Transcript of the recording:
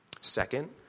Second